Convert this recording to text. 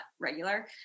regular